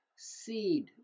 seed